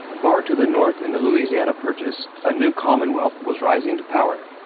far to the north in the louisiana purchase, a new commonwealth was rising to power.